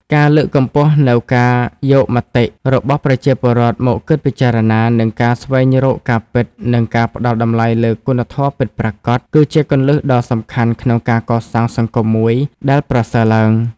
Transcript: ការលើកកម្ពស់នូវការយកមតិរបស់ប្រជាពលរដ្ឋមកគិតពីចារណា និងការស្វែងរកការពិត និងការផ្ដល់តម្លៃលើគុណធម៌ពិតប្រាកដ គឺជាគន្លឹះដ៏សំខាន់ក្នុងការកសាងសង្គមមួយដែលប្រសើរឡើង។